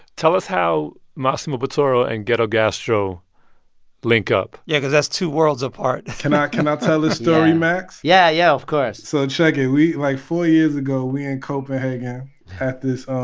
tell us how massimo bottura and ghetto gastro link up yeah, because that's two worlds apart can ah i ah tell this story, max? yeah, yeah, of course so check it. we like, four years ago, we in copenhagen at this, um